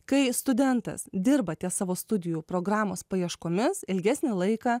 kai studentas dirba ties savo studijų programos paieškomis ilgesnį laiką